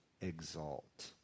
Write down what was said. exalt